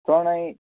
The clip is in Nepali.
प्रणय